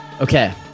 Okay